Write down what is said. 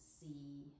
see